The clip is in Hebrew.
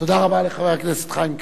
תודה רבה לחבר הכנסת חיים כץ.